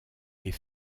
est